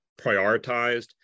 prioritized